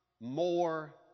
more